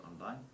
online